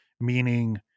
meaning